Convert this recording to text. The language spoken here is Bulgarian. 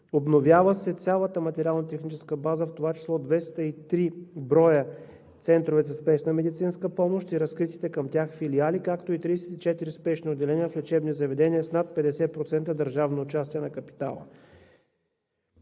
обновява се цялата материално-техническа база, в това число 203 броя Центрове за спешна медицинска помощ и разкритите към тях филиали, както и 34 спешни отделения в лечебни заведения с над 50% държавно участие в капитала.